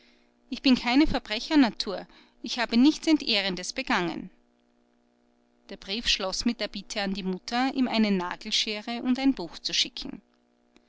ich bin keine verbrechernatur ich habe nichts entehrendes begangen der brief schloß mit der bitte an die mutter ihm eine nagelschere und ein buch zu schicken